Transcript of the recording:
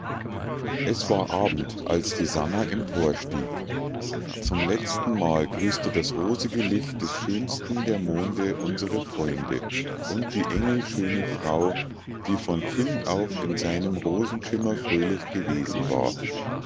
es war abend als die sannah emporstieg zum letztenmal grüßte das rosige licht des schönsten der monde unsere freunde und die engelschöne frau die von kind auf in seinem rosenschimmer fröhlich gewesen war